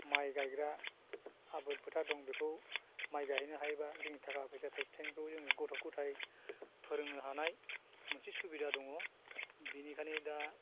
माइ गायग्रा आबाद फोथार दं बेखौ माइ गायहैनो हायोब्ला जोंनि थाखा फैसा थाइसे थाइनैखौबो जों गथ' गथाय फोरोंनो हानाय मोनसे सुबिदा दङ बिनिखायनो दा